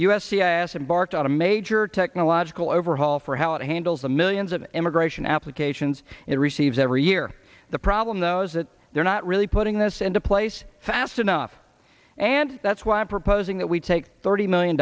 embarked on a major technological overhaul for how it handles the millions of immigration applications it receives every year the problem though is that they're not really putting this into place fast enough and that's why i'm proposing that we take thirty million